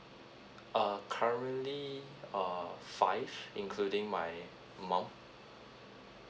uh currently err five including my mum